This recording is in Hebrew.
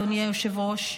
אדוני היושב-ראש,